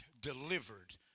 delivered